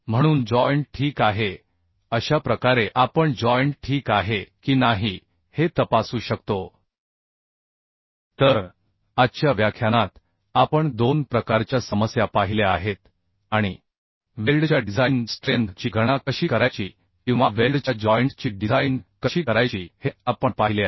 म्हणून जॉइंट ठीक आहे अशा प्रकारे आपण जॉइंट ठीक आहे की नाही हे तपासू शकतो तर आजच्या व्याख्यानात आपण दोन प्रकारच्या समस्या पाहिल्या आहेत आणि वेल्डच्या डिझाइन स्ट्रेंथ ची गणना कशी करायची किंवा वेल्डच्या जॉइंट ची डिझाइन कशी करायची हे आपण पाहिले आहे